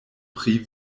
pri